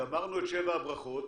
גמרנו את שבע הברכות